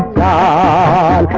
wow.